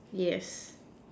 yes